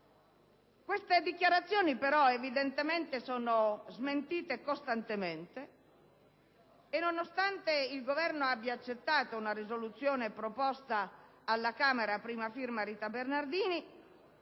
Queste dichiarazioni però, evidentemente, sono costantemente . Nonostante il Governo abbia accettato una risoluzione proposta alla Camera dalla deputata Rita Bernardini,